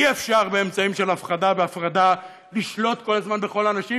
אי-אפשר באמצעים של הפחדה והפרדה לשלוט כל הזמן בכל האנשים,